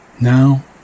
Now